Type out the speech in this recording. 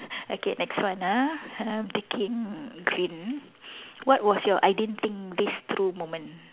okay next one ah I'm taking green what was your I didn't think this through moment